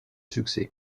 succès